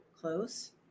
close